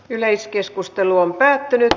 yleiskeskustelu päättyi